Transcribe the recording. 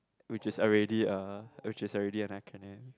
which is already uh which is already an acronym